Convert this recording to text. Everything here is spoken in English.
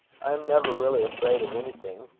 i am never really afraid of anything.